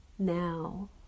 Now